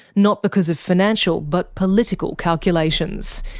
not because of financial, but political calculations.